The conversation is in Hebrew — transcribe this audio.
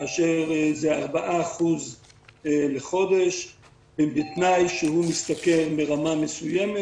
כאשר זה 4% לחודש ובתנאי שהוא משתכר מרמה מסוימת.